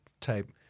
type